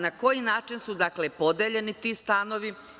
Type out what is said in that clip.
Na koji način su podeljeni ti stanovi?